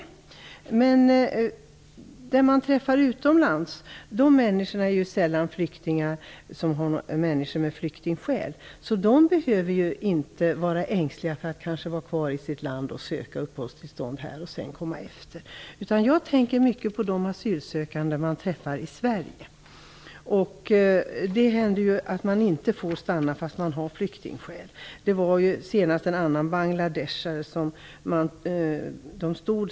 De människor man träffar utomlands är sällan flyktingar, med flyktingskäl, och de behöver inte vara ängsliga för att vara kvar i sitt land och söka uppehållstillstånd och sedan komma efter till Sverige. Jag tänker på de asylsökande man träffar i Sverige. Det händer att den som har flyktingskäl inte får stanna. Senast var det ett fall med en man från Bangladesh.